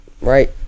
right